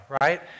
right